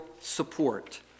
support